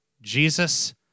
Jesus